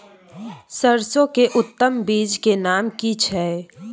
सरसो के उत्तम बीज के नाम की छै?